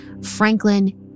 Franklin